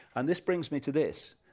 and this brings me to this,